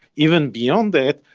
even beyond that,